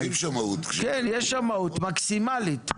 יש שמאות מקסימלית,